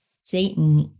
Satan